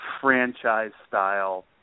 franchise-style